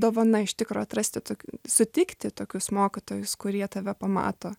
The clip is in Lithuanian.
dovana iš tikro atrasti tok sutikti tokius mokytojus kurie tave pamato